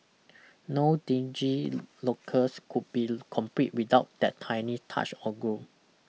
no dingy locales could be complete without that tiny touch of gore